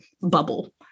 bubble